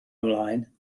ymlaen